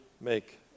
make